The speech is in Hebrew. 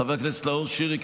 חבר הכנסת נאור שירי,